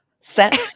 set